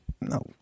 no